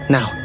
Now